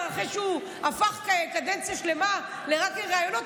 אחרי שהפך קדנציה שלמה רק לראיונות,